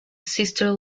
sister